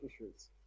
issues